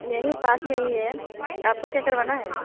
यहीं पास में ही है आपके क्या करवाना है